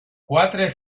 quatre